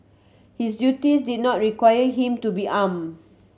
his duties did not require him to be arm